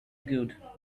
good